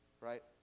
right